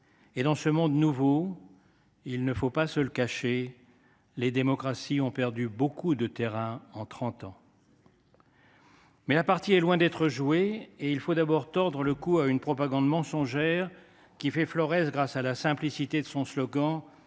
Dans ce monde nouveau, il ne faut pas se le cacher, les démocraties ont perdu beaucoup de terrain en trente ans. Mais la partie est loin d’être terminée. Et il faut d’abord tordre le cou à une propagande mensongère, qui fait florès grâce à la simplicité de son slogan